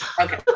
Okay